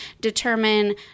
determine